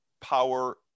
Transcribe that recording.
power